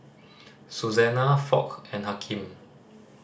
Susannah Foch and Hakeem